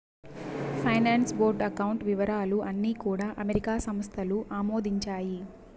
finance board account వివరాలు అన్నీ కూడా అమెరికా సంస్థలు ఆమోదించాయి